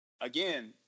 again